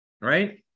right